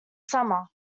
summer